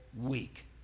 week